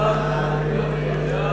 סעיפים 1